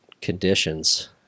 conditions